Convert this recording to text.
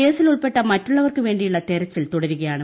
കേസിൽ ഉൾപ്പെട്ട മറ്റുളളവർക്ക് വേണ്ടിയുളള തെരച്ചിൽ തുടരുകയാണ്